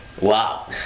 Wow